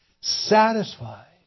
satisfied